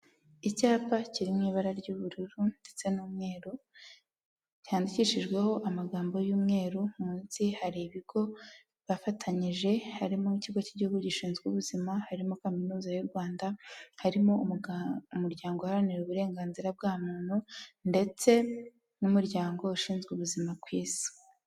Icyapa kiri mu ibara ry'ubururu ndetse n'umweru, cyandikishijweho amagambo y'umweru, munsi hari ibigo bafatanyije, harimo nk'ikigo cy'igihugu gishinzwe ubuzima, harimo kaminuza y'u Rwanda, harimo umuryango uharanira uburenganzira bwa muntu ndetse n'umuryango ushinzwe ubuzima ku isi.